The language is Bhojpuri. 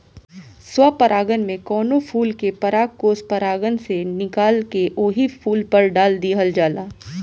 स्व परागण में कवनो फूल के परागकोष परागण से निकाल के ओही फूल पर डाल दिहल जाला